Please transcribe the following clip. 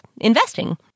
investing